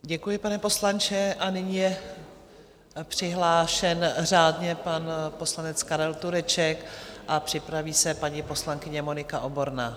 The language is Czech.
Děkuji, pane poslanče, a nyní je přihlášen řádně pan poslanec Karel Tureček a připraví se paní poslankyně Monika Oborná.